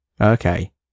Okay